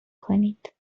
کنید